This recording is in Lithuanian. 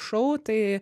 šou tai